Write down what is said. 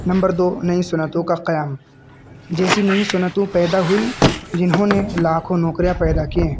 number دو نئی صنعتوں کا قیام جیسی نئی صنعتیں پیدا ہوئیں جنہوں نے لاکھ و نوکریاں پیدا کی